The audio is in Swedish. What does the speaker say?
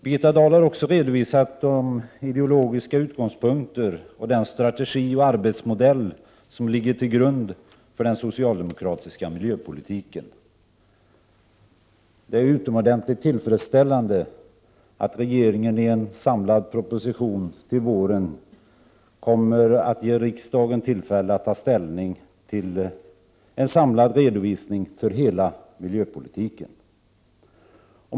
Birgitta Dahl har också redovisat de ideologiska utgångspunkter och den strategi och arbetsmodell som ligger till grund för den socialdemokratiska miljöpolitiken. Det är utomordentligt tillfredsställande att regeringen i en samlad proposition till våren kommer att ge riksdagen tillfälle att ta ställning till en samlad redovisning av hela miljöpolitiken.